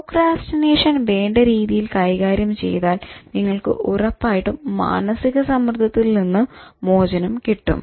procrastination വേണ്ട രീതിയിൽ കൈകാര്യം ചെയ്താൽ നിങ്ങൾക്ക് ഉറപ്പായിട്ടും മാനസിക സമ്മർദത്തിൽ നിന്നും മോചനം കിട്ടും